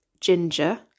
ginger